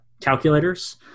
calculators